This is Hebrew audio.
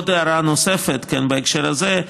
הערה נוספת בהקשר הזה: